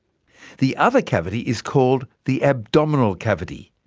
the other cavity is called the abdominal cavity,